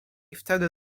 wtedy